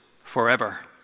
forever